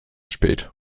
spät